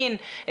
מין,